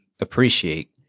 appreciate